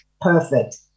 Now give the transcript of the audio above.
perfect